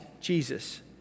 Jesus